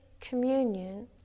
communion